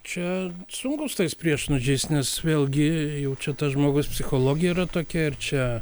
čia sunku su tais priešnuodžiais nes vėlgi jau čia tas žmogus psichologija yra tokia ir čia